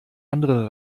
andere